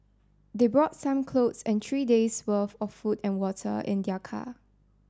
they brought some clothes and three days' worth of food and water in their car